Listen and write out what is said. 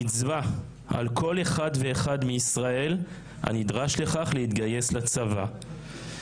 מצווה על כל אחד ואחד מישראל הנדרש לכך להתגייס לצבא.